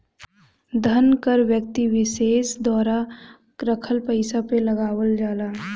धन कर व्यक्ति विसेस द्वारा रखल पइसा पे लगावल जाला